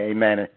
Amen